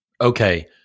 Okay